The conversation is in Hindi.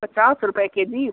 पचास रुपये के जी